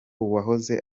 uwahoze